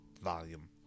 volume